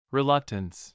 Reluctance